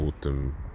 autumn